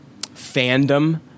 Fandom